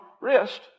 wrist